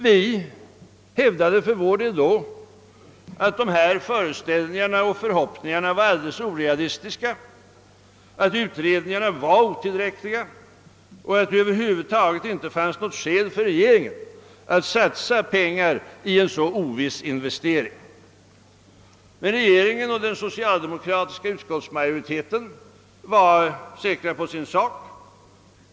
Vi hävdade för vår del att dessa föreställningar och förhoppningar var alldeles orealistiska, att utredningarna var otillräckliga och att det över huvud taget inte fanns något skäl för regeringen att satsa pengar i en så oviss investering. Men regeringen och den socialdemokratiska utskottsmajoriteten var säkra på sin sak.